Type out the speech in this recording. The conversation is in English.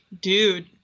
Dude